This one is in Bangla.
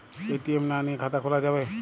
এ.টি.এম না নিয়ে খাতা খোলা যাবে?